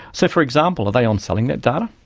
so, for example, are they on-selling that data?